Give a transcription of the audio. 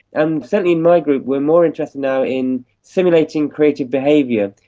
and certainly in my group we're more interested now in simulating creative behaviour,